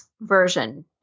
version